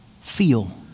feel